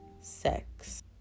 sex